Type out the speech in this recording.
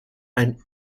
ein